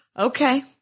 Okay